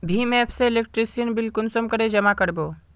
भीम app से electricity bill कुंसम करे जमा कर बो?